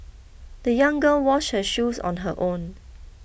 the young girl washed her shoes on her own